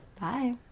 Bye